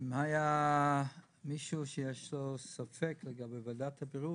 אם למישהו יש ספק לגבי ועדת הבריאות,